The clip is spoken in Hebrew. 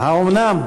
האומנם?